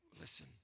Listen